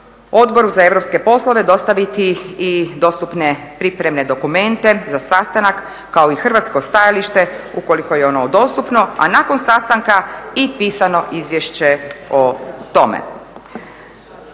Odboru za europske poslove dostaviti i dostupne pripremne dokumente za sastanak, kao i hrvatsko stajalište ukoliko je ono dostupno, a nakon sastanka i pisano izvješće o tome.